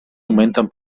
augmenten